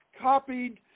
copied